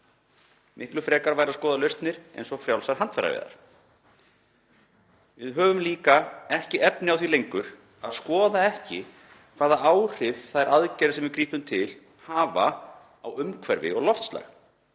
Miklu frekar væri að skoða lausnir eins og frjálsar handfæraveiðar. Við höfum líka ekki efni á því lengur að skoða ekki hvaða áhrif þær aðgerðir sem við grípum til hafa á umhverfi og loftslag.